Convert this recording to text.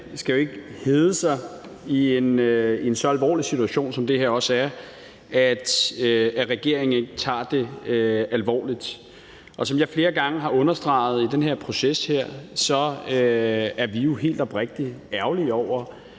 Det skal jo ikke hedde sig i en så alvorlig situation, som det her også er, at regeringen ikke tager det alvorligt. Som jeg flere gange har understreget i den her proces, er vi jo helt oprigtig ærgerlige over,